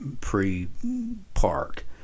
pre-park